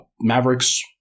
Mavericks